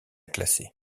classer